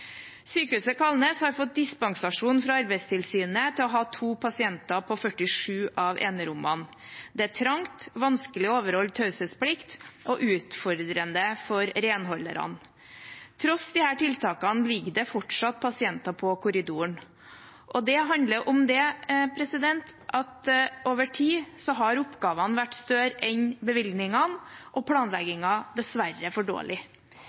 Sykehuset Kalnes har fått dispensasjon fra Arbeidstilsynet til å ha 2 pasienter på 47 av enerommene. Det er trangt, vanskelig å overholde taushetsplikt og utfordrende for renholderne. Trass i disse tiltakene ligger det fortsatt pasienter på korridoren. Det handler om at over tid har oppgavene vært større enn bevilgningene, og planleggingen dessverre for dårlig.